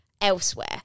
elsewhere